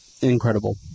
incredible